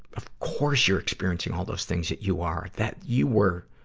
of course you're experiencing all those things that you are. that you were,